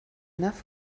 enough